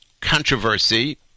controversy